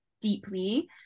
deeply